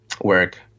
work